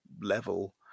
level